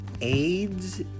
AIDS